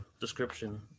description